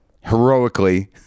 heroically